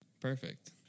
Perfect